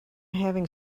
having